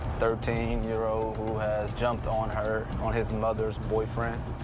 thirteen year old who has jumped on her, on his mother's boyfriend.